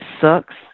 sucks